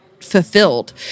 fulfilled